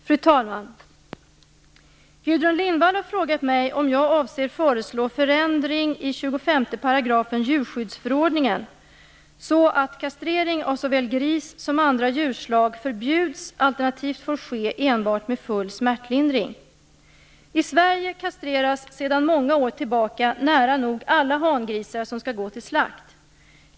Fru talman! Gudrun Lindvall har frågat mig om jag avser föreslå förändring i 25 § djurskyddsförordningen så att kastrering av såväl gris som andra djurslag förbjuds, alternativt får ske enbart med full smärtlindring. I Sverige kastreras sedan många år tillbaka nära nog alla hangrisar som skall gå till slakt.